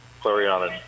Clarion